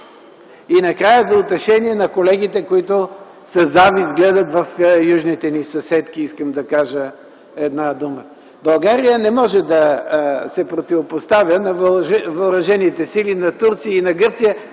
И накрая, за утешение на колегите, които гледат със завист към южните ни съседки, искам да кажа една дума. България не може да се противопоставя на въоръжените сили на Турция и Гърция,